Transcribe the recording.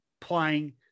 playing